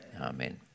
Amen